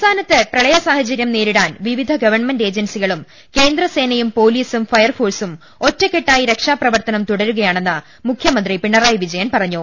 സംസ്ഥാനത്തെ പ്രളയസാഹചര്യം നേരിടാൻ വിവിധ ഗവൺമെന്റ് ഏജൻസികളും കേന്ദ്ര സേനയും പൊലീസും ഫയർഫോഴ്സും ഒറ്റക്കെട്ടായി രക്ഷാപ്രവർത്തനം തുടരുകയാ ണെന്ന് മുഖ്യമന്ത്രി പിണറായി വിജയൻ പറഞ്ഞു